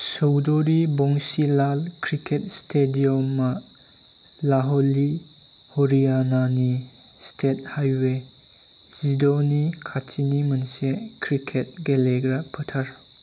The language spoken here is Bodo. चौधरी बंसीलाल क्रिकेट स्टेडियमआ लाहली हरियाणानि स्टेट हाईवे जिद'नि खाथिनि मोनसे क्रिकेट गेलेग्रा फोथार